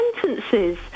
sentences